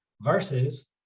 versus